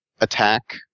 attack